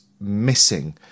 missing